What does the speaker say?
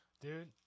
Dude